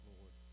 Lord